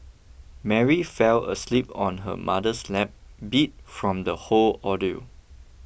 Mary fell asleep on her mother's lap beat from the whole ordeal